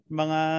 mga